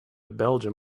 belgium